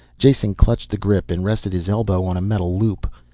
jason clutched the grip and rested his elbow on a metal loop.